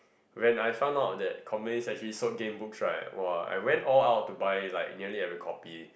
when I found out that actually sold game books right !wah! I went all out to buy like nearly every copy